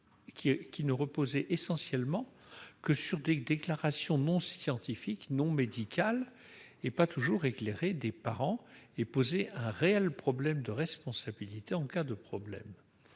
ne reposait essentiellement que sur des déclarations non scientifiques, non médicales, et pas toujours éclairées des parents. Il posait donc un réel problème de responsabilité en cas d'accident